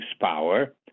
power